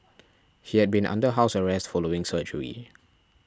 he had been under house arrest following surgery